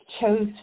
Chose